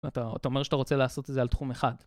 אתה אומר שאתה רוצה לעשות את זה על תחום אחד.